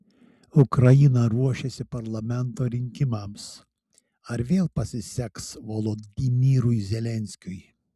ukraina ruošiasi parlamento rinkimams ar vėl pasiseks volodymyrui zelenskiui